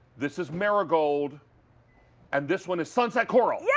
this is marigold and this one is sunset coral. yeah